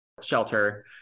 shelter